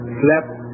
slept